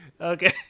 okay